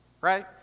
right